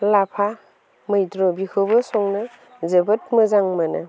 लाफा मैद्रु बिखौबो संनो जोबोद मोजां मोनो